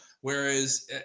Whereas